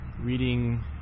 reading